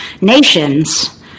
nations